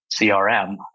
CRM